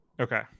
Okay